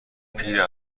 پیر